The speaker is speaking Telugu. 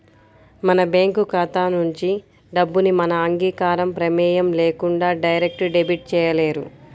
మన బ్యేంకు ఖాతా నుంచి డబ్బుని మన అంగీకారం, ప్రమేయం లేకుండా డైరెక్ట్ డెబిట్ చేయలేరు